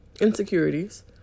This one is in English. Insecurities